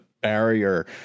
barrier